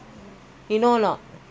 !huh!